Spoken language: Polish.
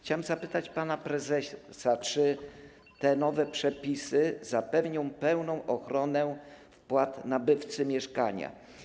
Chciałem zapytać pana prezesa, czy te nowe przepisy zapewnią pełną ochronę wpłat nabywcy mieszkania.